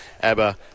Abba